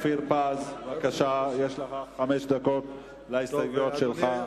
פינס-פז, יש לך חמש דקות להסתייגויות שלך.